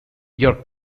your